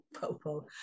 popo